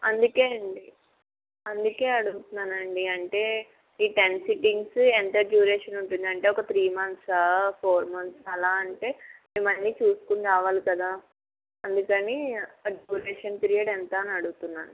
అందుకే అండి అందుకే అడుగుతున్నానండి ఈ టెన్ సిట్టింగ్స్ ఎంత డ్యూరేషన్ ఉంటుంది అంటే ఒక త్రీ మంత్సా ఫోర్ మంత్సా అలా అంటే మేము అన్నీ చూసుకొని రావాలి కదా అందుకని డ్యూరేషన్ పీరియడ్ ఎంత అని అడుగుతున్నాను